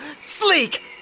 Sleek